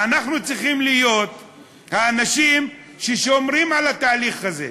ואנחנו צריכים להיות האנשים ששומרים על התהליך הזה.